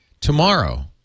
tomorrow